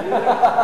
אני אלך.